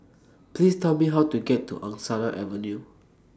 Please Tell Me How to get to Angsana Avenue